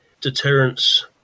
deterrence